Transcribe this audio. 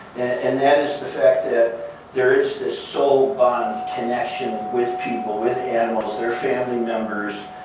and that is the fact that there is this soul-bond connection with people, with animals. they're family members.